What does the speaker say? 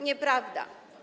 Nieprawda.